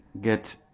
get